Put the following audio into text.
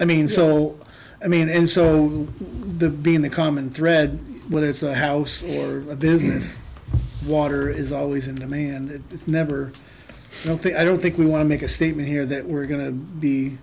i mean so i mean and so the being the common thread whether it's a house and or a business water is always in the main and it's never ok i don't think we want to make a statement here that we're going to be